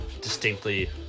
distinctly